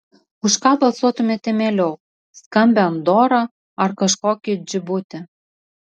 už ką balsuotumėte mieliau skambią andorą ar kažkokį džibutį